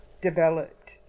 developed